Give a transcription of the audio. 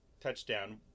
touchdown